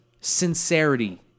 sincerity